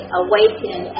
awaken